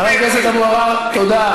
חבר הכנסת אבו עראר, תודה.